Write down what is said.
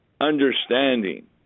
understanding